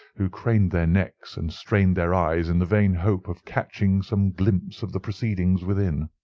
who craned their necks and strained their eyes in the vain hope of catching some glimpse of the proceedings within.